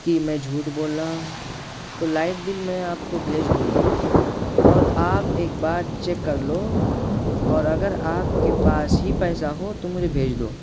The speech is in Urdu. کہ میں جھوٹ بول رہا ہوں تو لائٹ بل میں آپ کو بھیج دوں گا اور آپ ایک بار چیک کر لو اور اگر آپ کے پاس ہی پیسہ ہو تو مجھے بھیج دو